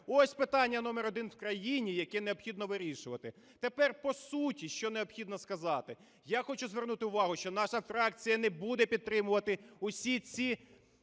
Ось питання номер один в країні, яке необхідно вирішувати. Тепер по суті, що необхідно сказати. Я хочу звернути увагу, що наша фракція не буде підтримувати усі ці